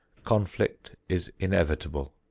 conflict is inevitable.